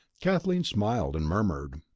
kathleen smiled, and murmured,